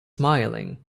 smiling